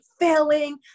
failing